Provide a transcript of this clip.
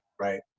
right